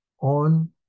on